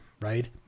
right